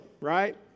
right